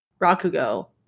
Rakugo